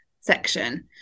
section